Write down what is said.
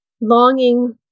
longing